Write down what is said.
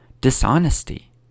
dishonesty